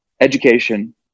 education